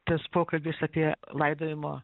tas pokalbis apie laidojimo